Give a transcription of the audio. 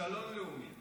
כישלון לאומי.